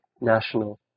national